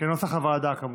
כנוסח הוועדה כמובן.